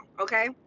okay